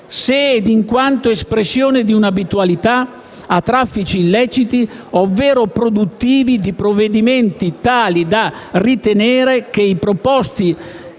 se ed in quanto espressione di una abitualità a traffici illeciti ovvero produttivi di proventi tali da ritenere che i proposti